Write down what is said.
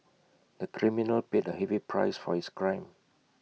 the criminal paid A heavy price for his crime